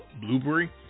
Blueberry